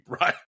right